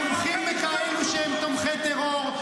--- תומכים בכאלו שהם תומכי טרור.